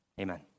Amen